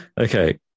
Okay